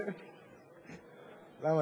למה,